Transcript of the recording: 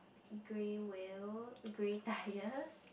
grey wheel grey tyres